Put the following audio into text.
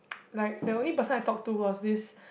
like the only person I talk to was this